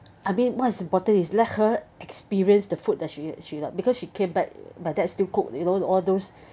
I mean what's important is let her experience the food that she she love because she came back but dad still cook you know all those